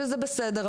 שזה בסדר,